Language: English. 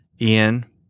Ian